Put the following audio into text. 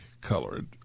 colored